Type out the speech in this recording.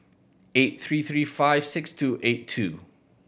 eight three three five six two eight two